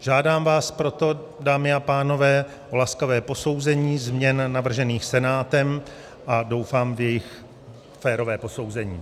Žádám vás proto, dámy a pánové, o laskavé posouzení změn navržených Senátem a doufám v jejich férové posouzení.